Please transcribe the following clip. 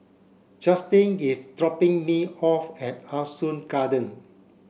Justen is dropping me off at Ah Soo Garden